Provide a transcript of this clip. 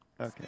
Okay